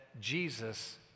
Jesus